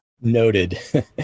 Noted